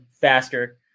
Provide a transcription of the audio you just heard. faster